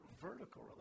vertical